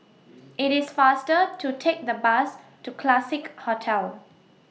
IT IS faster to Take The Bus to Classique Hotel